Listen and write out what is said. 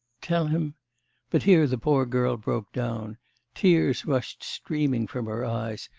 tell him but here the poor girl broke down tears rushed streaming from her eyes,